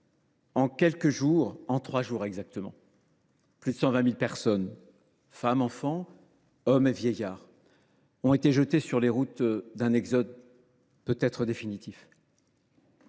affamée. En trois jours seulement, plus de 120 000 personnes – femmes, enfants, hommes et vieillards – ont été jetées sur les routes d’un exode peut être définitif.